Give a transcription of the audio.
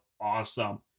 awesome